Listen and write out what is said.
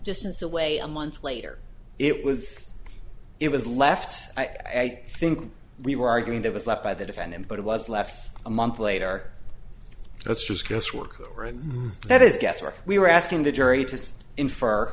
distance away a month later it was it was left i think we were arguing that was left by the defendant but it was less a month later that's just guesswork over and that is guesswork we were asking the jury to infer